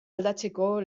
aldatzeko